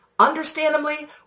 Understandably